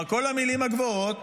כלומר, כל המילים הגבוהות,